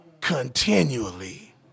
continually